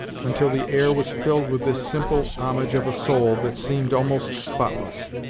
until the air was filled with this simple homage of a soul that seemed almost spotless.